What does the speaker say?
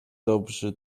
dobrzy